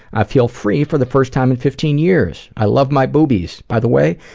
i feel free for the first time in fifteen years. i love my boobies. by the way,